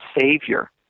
savior